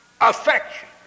affection